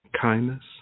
kindness